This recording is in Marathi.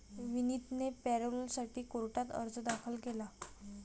विनीतने पॅरोलसाठी कोर्टात अर्ज दाखल केला